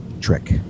trick